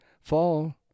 fall